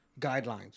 Guidelines